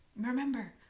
remember